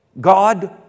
God